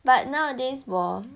but nowadays 我